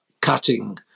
cutting